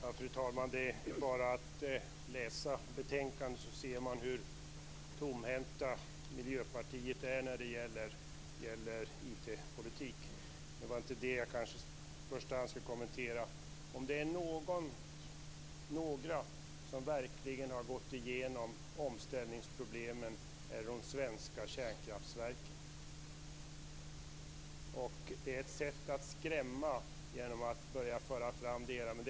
Fru talman! Det är bara att läsa betänkandet så ser man hur tomhänt Miljöpartiet är när det gäller IT politik. Men det är inte det jag i första hand skall kommentera. Om det är några som verkligen har gått igenom omställningsproblemen så är det de svenska kärnkraftverken. Det är ett sätt att skrämma genom att börja föra fram detta.